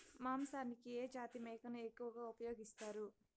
మాంసానికి ఏ జాతి మేకను ఎక్కువగా ఉపయోగిస్తారు?